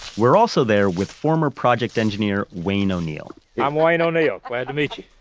we're also there with former project engineer, wayne o'neill i'm wayne o'neill. glad to meet you.